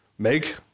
Make